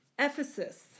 Ephesus